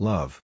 Love